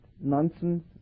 nonsense